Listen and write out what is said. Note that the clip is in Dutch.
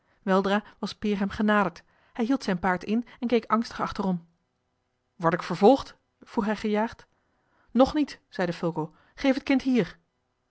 weldra was peer hem genaderd hij hield zijn paard in en keek angstig achterom word ik vervolgd vroeg hij gejaagd nog niet zeide fulco geef het kind hier